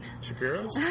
Shapiro's